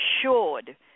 assured